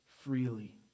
freely